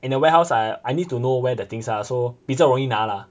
in the warehouse I I need to know where the things are so 比较容易拿 lah